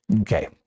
Okay